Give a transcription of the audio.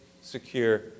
secure